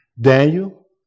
Daniel